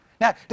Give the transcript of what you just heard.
Now